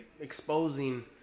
exposing